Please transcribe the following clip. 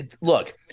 look